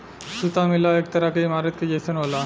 सुता मिल एक तरह के ईमारत के जइसन होला